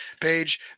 page